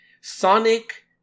Sonic